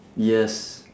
yes